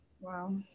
Wow